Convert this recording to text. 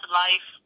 life